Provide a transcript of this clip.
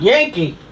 Yankee